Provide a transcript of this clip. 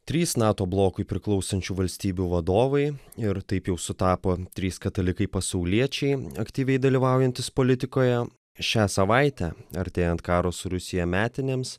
trys nato blokui priklausančių valstybių vadovai ir taip jau sutapo trys katalikai pasauliečiai aktyviai dalyvaujantys politikoje šią savaitę artėjant karo su rusija metinėms